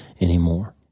anymore